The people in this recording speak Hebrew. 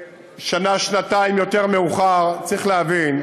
שנה-שנתיים יותר מאוחר צריך להבין,